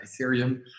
Ethereum